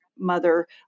Mother